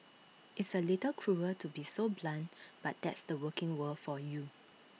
it's A little cruel to be so blunt but that's the working world for you